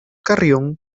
carrión